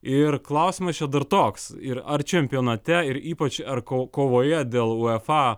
ir klausimas čia dar toks ir ar čempionate ir ypač ar ko kovoje dėl uefa